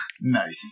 nice